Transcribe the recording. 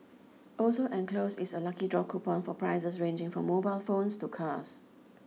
also enclosed is a lucky draw coupon for prizes ranging from mobile phones to cars